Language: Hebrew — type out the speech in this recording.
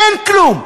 אין כלום.